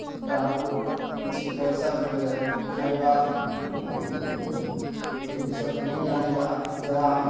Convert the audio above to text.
ତାହାକୁ କିଛି ପଇସା ମିଳିଲେ ଖାଇବା ଜିନିଷ କିଣିଆଣିବା ଯାହା ଆମ ଦ୍ୱାରା